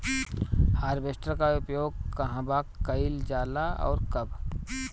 Harvester का उपयोग कहवा कइल जाला और कब?